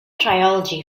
trilogy